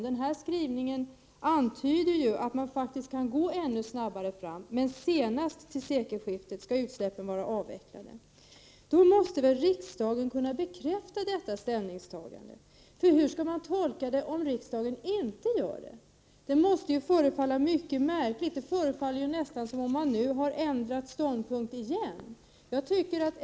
Denna skrivning antyder faktiskt att man kan gå ännu snabbare fram, men utsläppen skall vara avvecklade senast till sekelskiftet. Då måste väl riksdagen kunna bekräfta detta ställningstagande. Hur skall man tolka det om riksdagen inte gör det? Det måste förefalla mycket märkligt, och det verkar ju nästan som om man nu ändrade ståndpunkt igen.